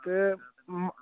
تہٕ